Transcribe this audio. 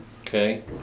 Okay